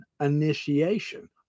initiation